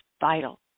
vital